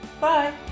Bye